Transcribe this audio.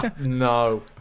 no